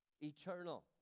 Eternal